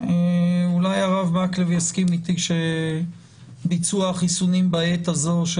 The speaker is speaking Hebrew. אולי הרב מקלב יסכים אתי שביצוע החיסונים בעת הזאת של